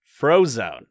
Frozone